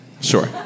Sure